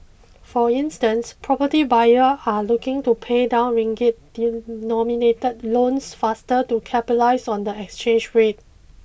for instance property buyers are looking to pay down Ringgit denominated loans faster to capitalise on the exchange rate